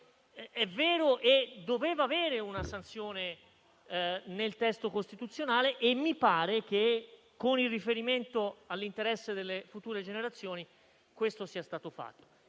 è vero e doveva avere una sanzione nel testo costituzionale. Mi pare che, con il riferimento all'interesse delle future generazioni, questo sia stato fatto.